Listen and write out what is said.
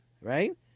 right